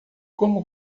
como